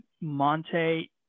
Monte